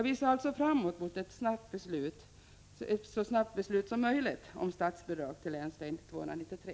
Vi ser alltså fram emot ett så snabbt beslut som möjligt om statsbidrag till länsväg 293.